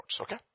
Okay